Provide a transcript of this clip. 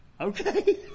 Okay